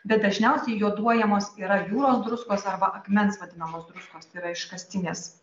bet dažniausiai joduojamos yra jūros druskos arba akmens vadinamos druskostai yra iškastinės